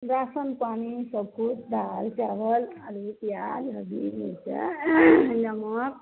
ration पानि सब किछु दालि चाबल आलू पिआज हरदी मिरचाइ नमक